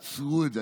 תעצרו את זה.